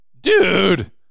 Dude